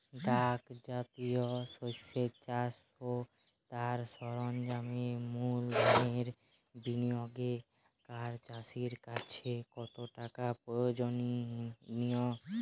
ডাল জাতীয় শস্যের চাষ ও তার সরঞ্জামের মূলধনের বিনিয়োগ করা চাষীর কাছে কতটা প্রয়োজনীয়?